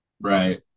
Right